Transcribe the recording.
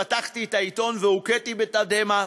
פחתי את העיתון והוכיתי בתדהמה: